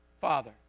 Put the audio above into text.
Father